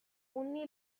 only